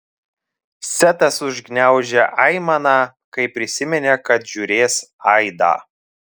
setas užgniaužė aimaną kai prisiminė kad žiūrės aidą